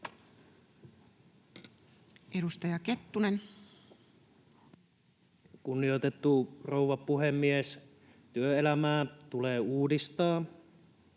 19:19 Content: Kunnioitettu rouva puhemies! Työelämää tulee uudistaa